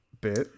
bit